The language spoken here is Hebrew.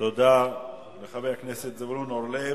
כל --- תודה לחבר הכנסת זבולון אורלב.